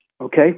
Okay